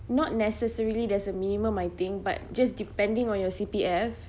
not necessarily there's a minimum I think but just depending on your C_P_F